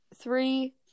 Three